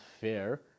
fair